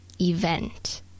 event